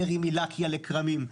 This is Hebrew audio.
ירי מלקיה לכרמים.